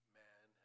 man